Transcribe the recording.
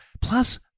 plus